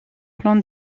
plan